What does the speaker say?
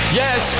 yes